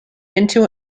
into